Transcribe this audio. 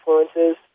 influences